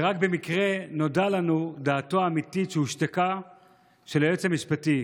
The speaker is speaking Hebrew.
ורק במקרה נודע לנו דעתו האמיתית של היועץ המשפטי,